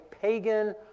pagan